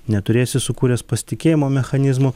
neturėsi sukūręs pasitikėjimo mechanizmo